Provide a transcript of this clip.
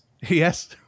Yes